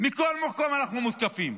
ומכל מקום אנחנו מותקפים.